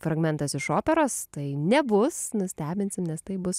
fragmentas iš operos tai nebus nustebinsim nes tai bus